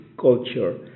culture